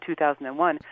2001